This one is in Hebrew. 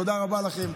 תודה רבה לכם.